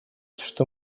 что